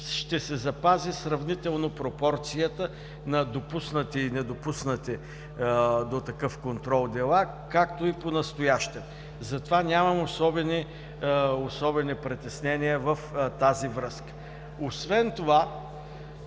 ще се запази сравнително пропорцията на допуснати и недопуснати до такъв контрол дела, както и понастоящем. Затова нямам особени притеснения в тази връзка. Освен това,